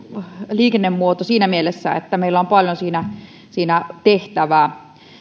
liikennemuoto siinä mielessä että meillä on varmasti paljon siinä siinä tehtävää